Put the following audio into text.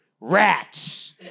Rats